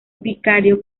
vicario